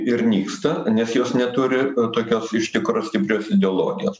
ir nyksta nes jos neturi tokios iš tikro stiprios ideologijos